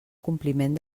compliment